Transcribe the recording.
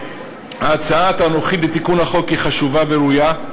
ההצעה הנוכחית לתיקון החוק היא חשובה וראויה,